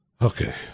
Okay